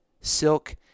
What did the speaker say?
silk